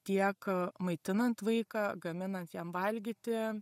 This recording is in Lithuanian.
tiek maitinant vaiką gaminant jam valgyti